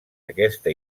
aquesta